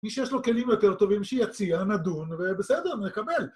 מי שיש לו כלים יותר טובים שיציע, נדון, ובסדר, נקבל.